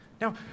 Now